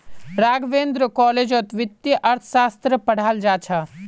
राघवेंद्र कॉलेजत वित्तीय अर्थशास्त्र पढ़ाल जा छ